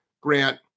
Grant